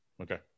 Okay